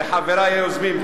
לחברי היוזמים,